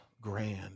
grand